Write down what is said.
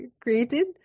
created